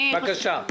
בבקשה.